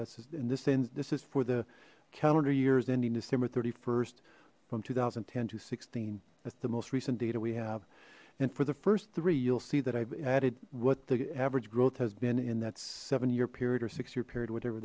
that's and this ends this is for the calendar year is ending december st from two thousand and ten to sixteen that's the most recent data we have and for the first three you'll see that i've added what the average growth has been in that seven year period or six year period whatever